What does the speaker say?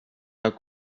are